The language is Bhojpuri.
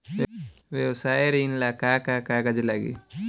व्यवसाय ऋण ला का का कागज लागी?